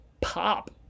pop